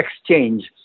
exchange